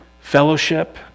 fellowship